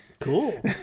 Cool